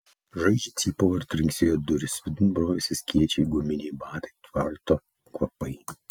šaižiai cypavo ir trinksėjo durys vidun brovėsi skėčiai guminiai batai tvarto kvapai